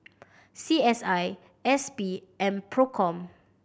C S I S P and Procom